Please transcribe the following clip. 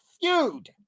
feud